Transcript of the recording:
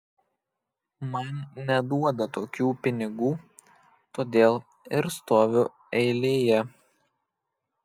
man neduoda tokių pinigų todėl ir stoviu eilėje